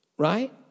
Right